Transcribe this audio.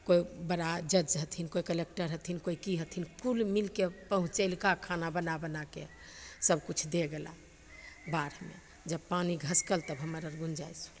कोइ बड़ा जज हथिन कोइ कलक्टर हथिन कोइ कि हथिन कुल मिमिके पहुँचेलका खाना बना बनाके सबकिछु दै गेलाह बाढ़िमे जब पानी घसकल तब हमर गुञ्जाइश होल